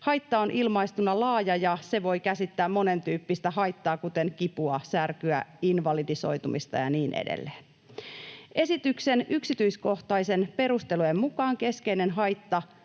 ”Haitta” on ilmaisuna laaja, ja se voi käsittää monentyyppistä haittaa, kuten kipua, särkyä, invalidisoitumista ja niin edelleen. Esityksen yksityiskohtaisten perustelujen mukaan keskeinen haitta